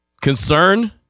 concern